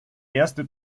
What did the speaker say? erste